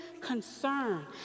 concern